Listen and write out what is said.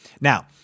Now